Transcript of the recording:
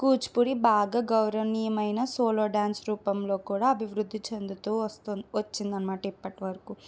కూచిపూడి బాగా గౌరవనీయమైన solo dance రూపంలో కూడా అభివృద్ధి చెందుతూ వస్తుంది వచ్చింది అన్నమాట ఇప్పటి వరకు